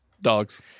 Dogs